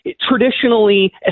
traditionally